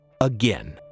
again